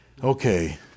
Okay